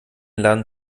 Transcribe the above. laden